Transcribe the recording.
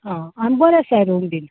आं आनी बरें आसा रूम बी